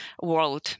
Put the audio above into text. world